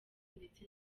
ndetse